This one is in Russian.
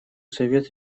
совет